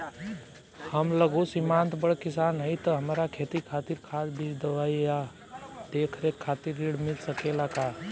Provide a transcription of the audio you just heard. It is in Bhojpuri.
हम लघु सिमांत बड़ किसान हईं त हमरा खेती खातिर खाद बीज दवाई आ देखरेख खातिर ऋण मिल सकेला का?